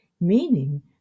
meaning